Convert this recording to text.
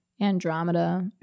andromeda